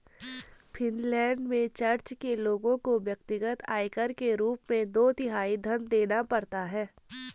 Finland में church के लोगों को व्यक्तिगत आयकर के रूप में दो तिहाई धन देना पड़ता है